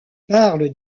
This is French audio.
parle